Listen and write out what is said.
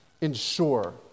ensure